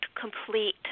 complete